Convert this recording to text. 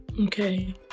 Okay